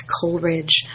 Coleridge